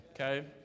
Okay